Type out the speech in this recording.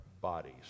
bodies